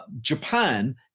Japan